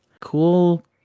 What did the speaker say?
cool